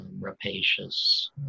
rapacious